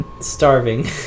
Starving